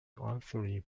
anthony